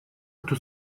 توی